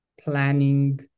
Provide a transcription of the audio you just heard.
planning